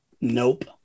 Nope